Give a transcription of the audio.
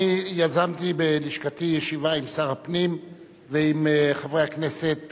אני יזמתי בלשכתי ישיבה עם שר הפנים ועם חברי הכנסת